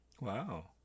Wow